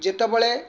ଯେତେବେଳେ